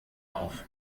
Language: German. auf